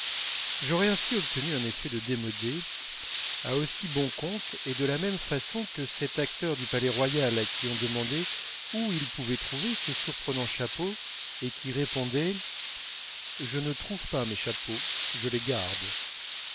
j'aurais ainsi obtenu un effet de démodé à aussi bon compte et de la même façon que cet acteur du palais-royal à qui on demandait où il pouvait trouver ses surprenants chapeaux et qui répondait je ne trouve pas mes chapeaux je les garde